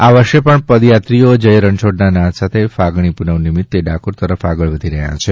આ વર્ષે પણ પદયાત્રીઓ જય રણછોડના નાદ સાથે ફાગણી પૂનમ નિમિત્તે ડાકોર તરફ આગળ વધી રહ્યા છે